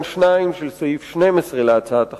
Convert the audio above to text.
בסעיף 12 להצעת החוק.